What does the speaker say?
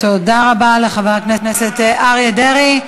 תודה רבה לחבר הכנסת אריה דרעי.